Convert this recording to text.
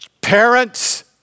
parents